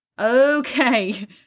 Okay